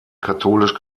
katholisch